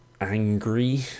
angry